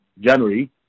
January